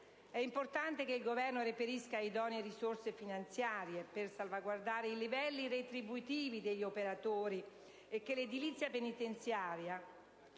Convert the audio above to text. È importante che il Governo reperisca idonee risorse finanziarie per salvaguardare i livelli retribuitivi degli operatori e che l'edilizia penitenziaria